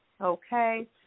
Okay